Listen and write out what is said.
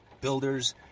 builders